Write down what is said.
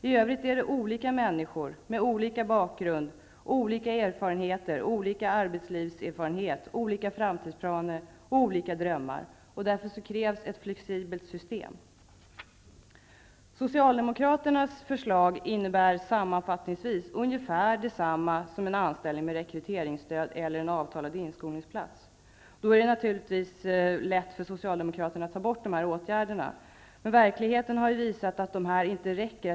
I övrigt är de olika människor med olika bakgrund, olika erfarenheter, olika arbetslivserfarenhet, olika framtidsplaner och olika drömmar. Därför krävs ett flexibelt system. Socialdemokraternas förslag innebär sammanfattningsvis ungefär detsamma som en anställning med rekryteringsstöd eller en avtalad inskolningsplats. Då är det naturligtvis lätt för Socialdemokraterna att ta bort dessa åtgärder. Men verkligheten har visat att dessa åtgärder inte räcker.